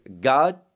God